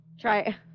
Try